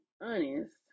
honest